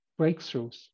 breakthroughs